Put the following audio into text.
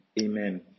Amen